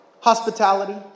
hospitality